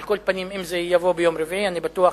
על כל פנים, אם זה יבוא ביום רביעי, אני בטוח